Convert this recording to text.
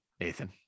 Nathan